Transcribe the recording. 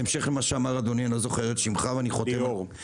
בהמשך לדברים של ליאור,